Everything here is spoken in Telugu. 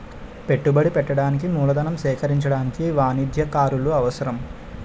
పెట్టుబడి పెట్టడానికి మూలధనం సేకరించడానికి వాణిజ్యకారులు అవసరం